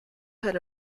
had